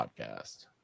Podcast